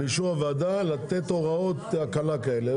באישור הוועדה לתת הוראות הקלה כאלה.